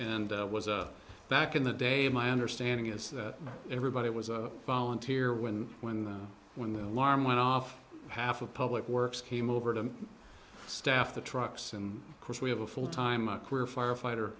and was back in the day my understanding is that everybody it was a volunteer when when when the alarm went off half of public works came over to staff the trucks and of course we have a full time career firefighter